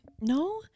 no